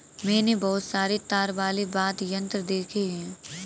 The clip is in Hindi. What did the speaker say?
मैंने बहुत सारे तार वाले वाद्य यंत्र देखे हैं